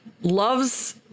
Loves